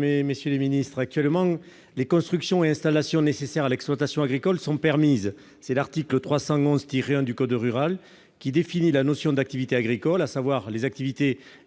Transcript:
n° 550. Actuellement, les constructions et installations nécessaires à l'exploitation agricole sont permises. C'est l'article L. 311-1 du code rural qui définit la notion d'activité agricole, à savoir les activités exercées